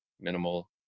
minimal